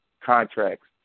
contracts